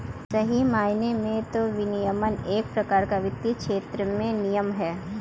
सही मायने में तो विनियमन एक प्रकार का वित्तीय क्षेत्र में नियम है